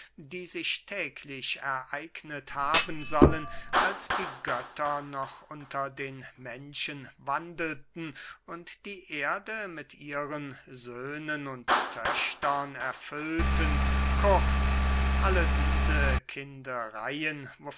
die sich täglich ereignet haben sollen als die götter noch unter den menschen wandelten und die erde mit ihren söhnen und töchtern erfüllten kurz alle diese